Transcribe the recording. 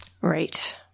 Right